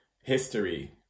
history